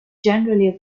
generally